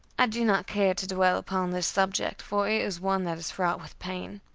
i do not care to dwell upon this subject, for it is one that is fraught with pain.